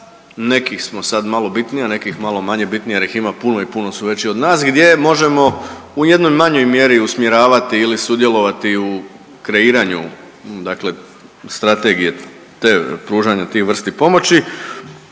nekih smo sad malo bitnija, nekih malo manje bitnija jer ih ima puno i puno su veći od nas gdje možemo u jednoj manjoj mjeri usmjeravati ili sudjelovati u kreiranju dakle strategije te, pružanja tih vrsti pomoći